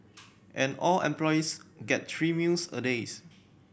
and all employees get three meals a days